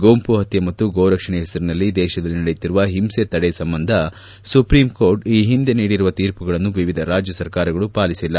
ಗುಂಪು ಹತ್ಯೆ ಮತ್ತು ಗೋರಕ್ಷಣೆ ಹೆಸರಿನಲ್ಲಿ ದೇಶದಲ್ಲಿ ನಡೆಯುತ್ತಿರುವ ಹಿಂಸೆ ತಡೆ ಸಂಬಂಧ ಸುಪ್ರೀಂಕೋರ್ಟ್ ಈ ಹಿಂದೆ ನೀಡಿರುವ ತೀರ್ಮಗಳನ್ನು ವಿವಿಧ ರಾಜ್ಯ ಸರ್ಕಾರಗಳು ಪಾಲಿಸಿಲ್ಲ